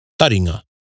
Taringa